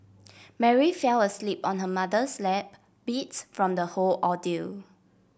Mary fell asleep on her mother's lap beats from the whole ordeal